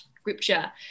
scripture